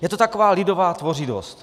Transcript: Je to taková lidová tvořivost.